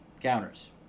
Counters